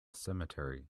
cemetery